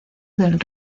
del